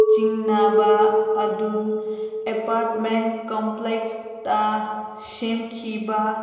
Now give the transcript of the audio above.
ꯆꯤꯡꯅꯕ ꯑꯗꯨ ꯑꯦꯄꯥꯔꯠꯃꯦꯟ ꯀꯝꯄ꯭ꯂꯦꯛꯁꯇ ꯁꯦꯝꯈꯤꯕ